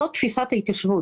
זאת תפיסת ההתיישבות.